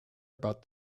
about